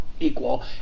equal